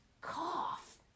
cough